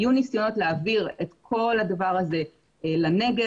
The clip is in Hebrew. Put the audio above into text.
היו ניסיונות להעביר את כל הדבר הזה לנגב.